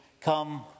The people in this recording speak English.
come